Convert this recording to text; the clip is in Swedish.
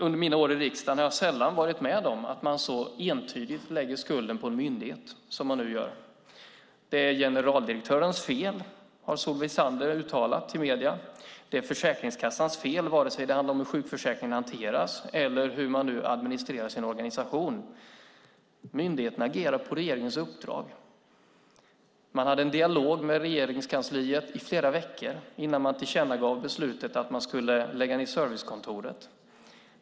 Under mina år i riksdagen har jag sällan varit med om att man så entydigt lagt skulden på en myndighet som man nu gör. Det är generaldirektörens fel, har Solveig Zander uttalat i medier. Det är Försäkringskassans fel vare sig det handlar om hur sjukförsäkringen hanteras eller hur man administrerar sin organisation. Myndigheterna agerar på regeringens uppdrag. Man hade en dialog med Regeringskansliet i flera veckor innan man tillkännagav beslutet att man skulle lägga ned servicekontoren.